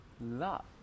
Luck